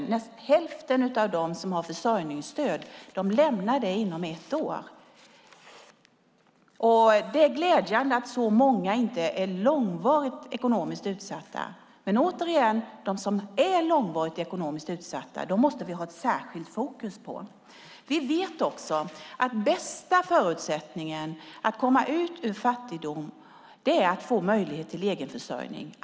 Hälften av dem som har försörjningsstöd lämnar det inom ett år. Det är glädjande att så många inte är långvarigt ekonomiskt utsatta, men de som är långvarigt ekonomiskt utsatta måste vi ha ett särskilt fokus på. Vi vet också att bästa förutsättningen för att komma ut ur fattigdom är att få möjlighet till egenförsörjning.